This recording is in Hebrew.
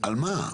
על מה?